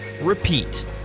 repeat